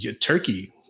Turkey